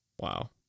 Wow